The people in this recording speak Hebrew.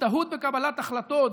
השתהות בקבלת החלטות,